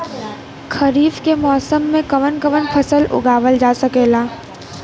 खरीफ के मौसम मे कवन कवन फसल उगावल जा सकेला?